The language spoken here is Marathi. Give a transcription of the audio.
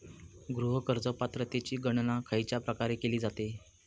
गृह कर्ज पात्रतेची गणना खयच्या प्रकारे केली जाते?